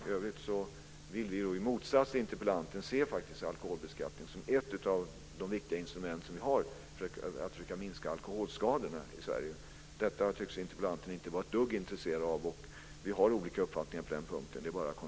I övrigt vill vi i motsats till interpellanten se alkoholbeskattningen som ett av de viktiga instrument som vi har för att minska alkoholskadorna i Sverige. Detta tycks inte interpellanten vara ett dugg intresserad av. Det är bara att konstatera att vi har olika uppfattningar på den punkten.